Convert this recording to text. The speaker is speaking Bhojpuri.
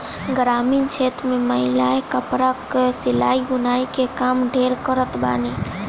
ग्रामीण क्षेत्र में महिलायें कपड़ा कअ सिलाई बुनाई के काम ढेर करत बानी